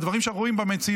הדברים שאנחנו רואים במציאות,